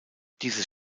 dieses